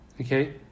Okay